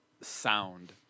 sound